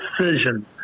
decision